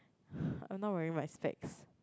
I not wearing my specs